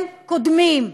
הם קודמים.